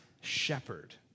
shepherd